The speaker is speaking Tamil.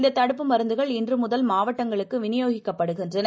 இந்ததடுப்பு மருந்துகள் இன்றுமுதல் மாவட்டங்களுக்குவினியோகிக்கப்படஉள்ளன